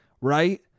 right